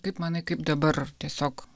kaip manai kaip dabar tiesiog